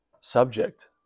subject